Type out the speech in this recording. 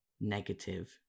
negative